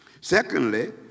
Secondly